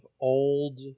old